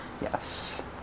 Yes